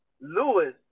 Lewis –